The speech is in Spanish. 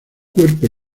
cuerpo